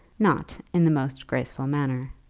not in the most graceful manner.